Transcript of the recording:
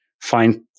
find